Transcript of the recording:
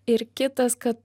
ir kitas kad